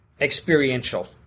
experiential